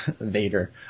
Vader